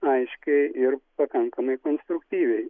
aiškiai ir pakankamai konstruktyviai